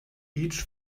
each